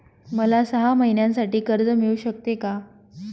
मला सहा महिन्यांसाठी कर्ज मिळू शकते का?